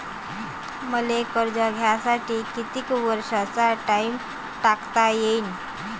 मले कर्ज घ्यासाठी कितीक वर्षाचा टाइम टाकता येईन?